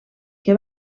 que